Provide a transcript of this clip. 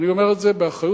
אני אומר את זה באחריות,